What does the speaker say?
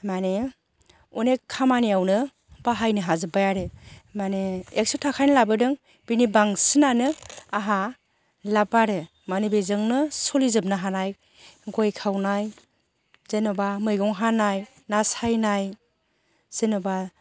मानि अनेक खामानियावनो बाहायनो हाजोब्बाय आरो मानि एकश' थाखानि लाबोदों बेनि बांसिनानो आहा लाब आरो मानि बेजोंनो सलिजोबनो हानाय गय खावनाय जेन'बा मैगं हानाय ना सायनाय जेन'बा